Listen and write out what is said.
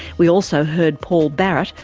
we also heard paul barratt,